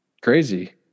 crazy